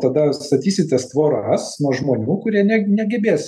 tada statysitės tvoras nuo žmonių kurie ne negebės